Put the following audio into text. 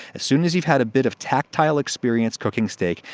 as soon as you've had a bit of tactile experience cooking steak,